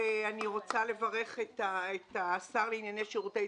אני רוצה לברך את השר לענייני שירותי